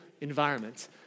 environments